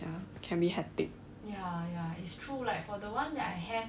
ya can be hectic